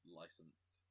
licensed